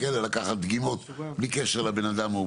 לקחת דגימות בלי קשר לבן-אדם.